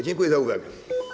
Dziękuję za uwagę.